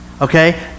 okay